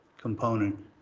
component